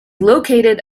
located